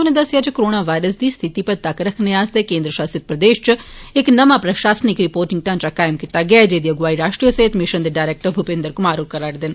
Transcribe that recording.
उन्ने दस्सेआ जे कोरोना वायरस दी स्थिति पर तक्क रक्खने आस्तै केन्द्र शासित प्रदेश च इक नमां प्रशासनिक रिपोर्टिंग ढांचा कायम कीता गेआ ऐ जेहदी अगुवाई राष्ट्री सेहत मिशन दे डरैक्टर भूपिंदर कुमार होर करा'रदे न